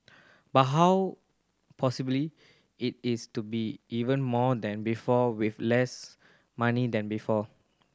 but how possibly it is to be even more than before with less money than before